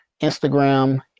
Instagram